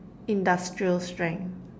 industrial strength